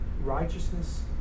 righteousness